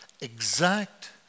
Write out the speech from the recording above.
exact